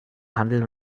handel